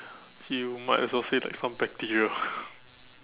you might as well say like some bacteria